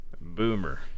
Boomer